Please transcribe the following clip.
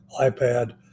iPad